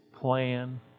plan